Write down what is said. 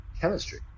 chemistry